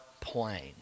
plain